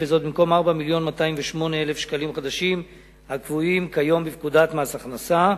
במקום 4 מיליון ו-208,000 ש"ח הקבועים כיום בפקודת מס ההכנסה.